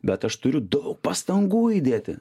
bet aš turiu daug pastangų įdėti